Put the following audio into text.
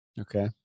Okay